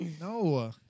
No